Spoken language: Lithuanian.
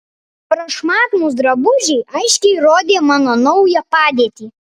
prašmatnūs drabužiai aiškiai rodė mano naują padėtį